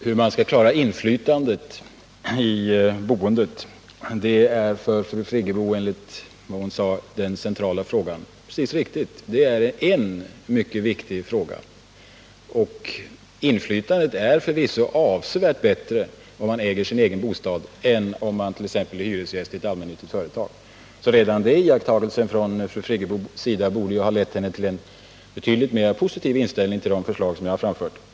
Herr talman! Enligt vad fru Friggebo sade är den centrala frågan hur man skall klara inflytandet när det gäller boendet. Det är alldeles riktigt. Den frågan är en mycket viktig fråga. Och inflytandet är förvisso avsevärt mycket större om man äger sin bostad än om man t.ex. är hyresgäst i ett hus som ägs av ett allmännyttigt företag, så fru Friggebos iakttagelse i det avseendet borde redan den ha lett henne till en betydligt mera positiv inställning till de förslag som jag har framfört.